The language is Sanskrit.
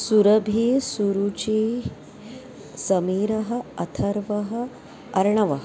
सुरभिः सुरुचिः समीरः अथर्वः अर्णवः